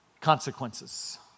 consequences